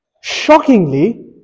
shockingly